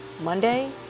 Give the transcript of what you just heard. Monday